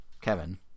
Kevin